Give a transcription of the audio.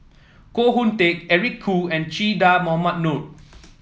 Koh Hoon Teck Eric Khoo and Che Dah Mohamed Noor